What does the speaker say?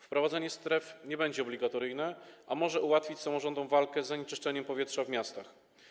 Wprowadzenie stref nie będzie obligatoryjne, ale może ułatwić samorządom walkę z zanieczyszczeniem powietrza w miastach.